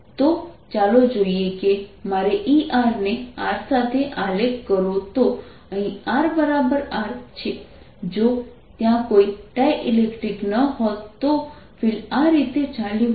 તો ચાલો જોઈએ કે મારે E ને r સાથે આલેખ કરો તો અહીં rR છે જો ત્યાં કોઈ ડાઇલેક્ટ્રિક ન હોત તો ફિલ્ડ આ રીતે ચાલ્યું હોત